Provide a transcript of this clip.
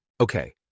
Okay